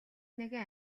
нэгэн